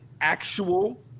actual